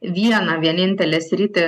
vieną vienintelę sritį